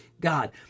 God